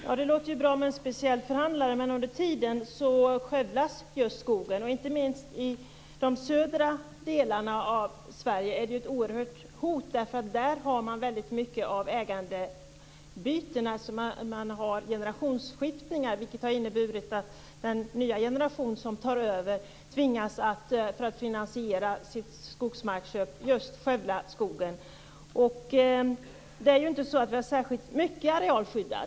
Fru talman! Det låter bra med en speciell förhandlare, men under tiden skövlas skogen. Inte minst i de södra delarna av Sverige är det ett stort hot eftersom man där har generationsskiftningar. Det har inneburit att den nya generation som tar över tvingas att skövla skogen för att finansiera sitt skogsmarksköp. Vi har inte särskilt mycket areal skyddad.